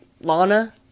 Lana